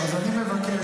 אז אני מבקש,